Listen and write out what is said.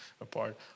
apart